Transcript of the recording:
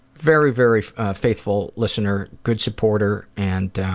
very, very faithful listener good supporter. and